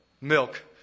milk